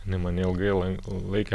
jinai mane ilgai lan laikė